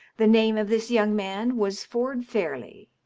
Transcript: the name of this young man was ford fairleigh.